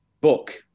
Book